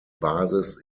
basis